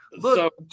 Look